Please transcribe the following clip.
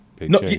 No